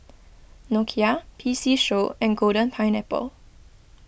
Nokia P C Show and Golden Pineapple